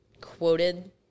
Quoted